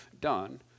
done